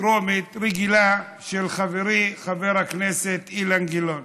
רגילה בטרומית של חברי חבר הכנסת אילן גילאון.